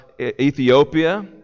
Ethiopia